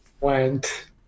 went